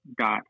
dot